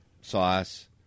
sauce